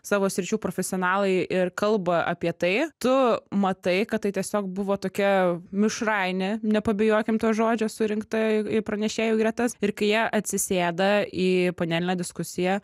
savo sričių profesionalai ir kalba apie tai tu matai kad tai tiesiog buvo tokia mišrainė nepabijokim to žodžio surinkta į į pranešėjų gretas ir kai jie atsisėda į panelinę diskusiją